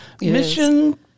Mission